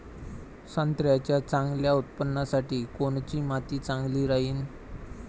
संत्र्याच्या चांगल्या उत्पन्नासाठी कोनची माती चांगली राहिनं?